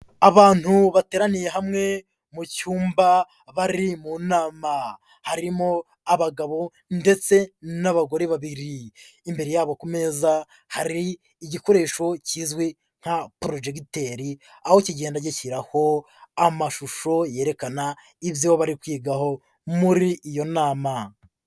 Abantu bateraniye hamwe mu cyumba bari mu nama, harimo abagabo ndetse n'abagore babiri, imbere yabo ku meza hari igikoresho kizwi nka porojegiteri, aho kigenda gishyiraho amashusho yerekana ibyo bari kwigaho muri iyo nama.